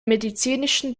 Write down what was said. medizinischen